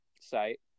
site